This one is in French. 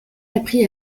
appris